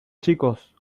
chicos